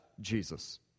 Jesus